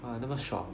!wah! 那么爽